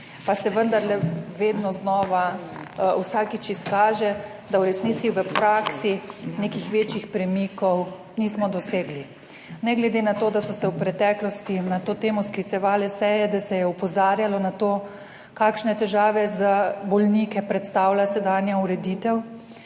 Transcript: pa se vendarle vedno znova, vsakič izkaže, da v resnici v praksi nekih večjih premikov nismo dosegli ne glede na to, da so se v preteklosti na to temo sklicevale seje, da se je opozarjalo na to, kakšne težave za bolnike predstavlja sedanja ureditev,